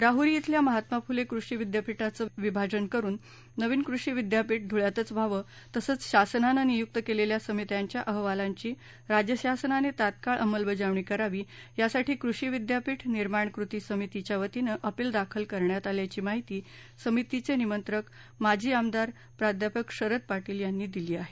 राहुरी इथल्या महात्मा फुले कृषी विद्यापीठाचं विभाजन करुन नवीन कृषी विद्यापीठ धुळयातच व्हावं तसंच शासनानं नियुक्त केलेल्या समित्यांच्या अहवालांची राज्यशासनाने तात्काळ अंमलबजावणी करावी यासाठी कृषी विद्यापीठ निर्माण कृती समितीच्यावतीनं अपील दाखल करण्यात आल्याची माहिती समितीचे निमंत्रक माजी आमदार प्राध्यापक शरद पाटील यांनी दिली आहे